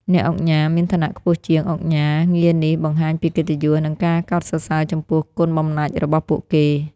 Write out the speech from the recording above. អ្នកឧកញ៉ា មានឋានៈខ្ពស់ជាង ឧកញ៉ា ងារនេះបង្ហាញពីកិត្តិយស និងការកោតសរសើរចំពោះគុណបំណាច់របស់ពួកគេ។